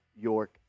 York